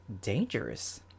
dangerous